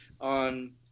on